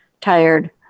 tired